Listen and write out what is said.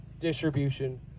distribution